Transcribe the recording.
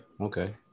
Okay